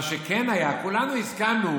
מה שכן היה, כולנו הסכמנו